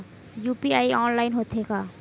UPI online होथे का?